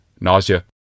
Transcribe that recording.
nausea